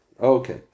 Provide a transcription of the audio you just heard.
Okay